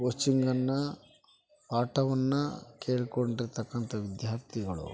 ಕೋಚಿಂಗನ್ನು ಪಾಠವನ್ನು ಕೇಳ್ಕೊಂಡಿರತಕ್ಕಂಥ ವಿದ್ಯಾರ್ಥಿಗಳು